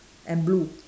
and blue